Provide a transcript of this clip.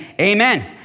Amen